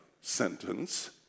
sentence